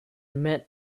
met